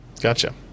Gotcha